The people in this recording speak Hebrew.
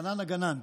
חנן הגנן,